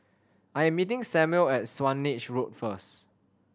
I am meeting Samual at Swanage Road first